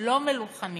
לא מלוכנית,